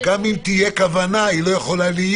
גם אם תהיה כוונה היא לא יכולה להיות